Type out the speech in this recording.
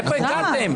לאיפה הגעתם?